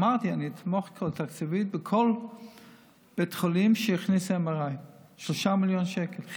אמרתי: אני אתמוך תקציבית בכל בית חולים שיכניס MRI ב-3 מיליון שקל,